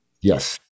Yes